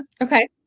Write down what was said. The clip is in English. okay